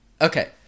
Okay